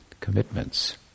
commitments